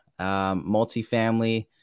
multifamily